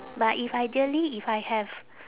but if ideally if I have